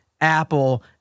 apple